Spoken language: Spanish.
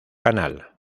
canal